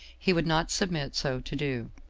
he would not submit so to do.